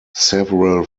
several